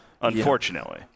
Unfortunately